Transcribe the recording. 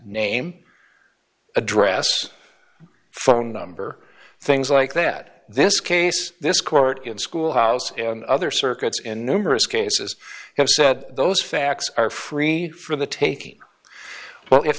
name address phone number things like that this case this court in schoolhouse other circuits in numerous cases have said those facts are free for the taking well if